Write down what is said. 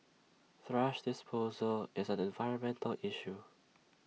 thrash disposal is an environmental issue